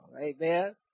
Amen